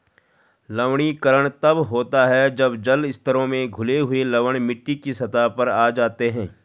लवणीकरण तब होता है जब जल स्तरों में घुले हुए लवण मिट्टी की सतह पर आ जाते है